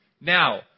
Now